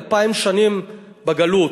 אלפיים שנים בגלות.